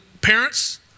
parents